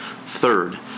third